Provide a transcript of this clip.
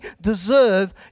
deserve